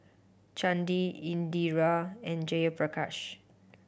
Chandi Indira and Jayaprakash